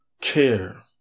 care